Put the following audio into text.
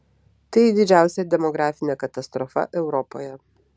tai didžiausia demografinė katastrofa europoje